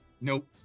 Nope